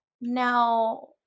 Now